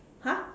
!huh!